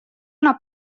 una